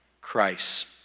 Christ